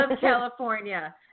California